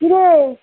কী রে